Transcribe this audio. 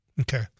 Okay